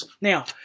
Now